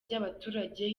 by’abaturage